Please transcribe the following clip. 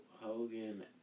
Hogan